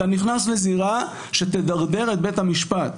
אתה נכנס לזירה שתדרדר את בית המשפט.